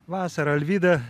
vasarą alvyda